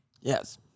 Yes